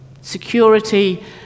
Security